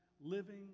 living